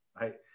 right